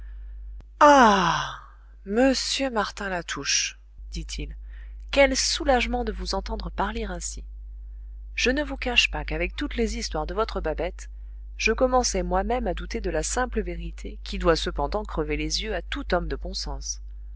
monsieur martin latouche dit-il quel soulagement de vous entendre parler ainsi je ne vous cache pas qu'avec toutes les histoires de votre babette je commençais moi même à douter de la simple vérité qui doit cependant crever les yeux à tout homme de bon sens